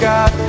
God